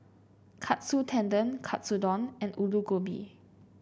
Katsu Tendon Katsudon and Alu Gobi